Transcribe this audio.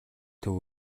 төв